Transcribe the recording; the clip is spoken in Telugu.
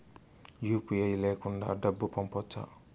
యు.పి.ఐ లేకుండా డబ్బు పంపొచ్చా